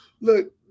Look